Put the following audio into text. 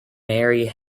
mary